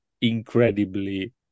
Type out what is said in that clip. incredibly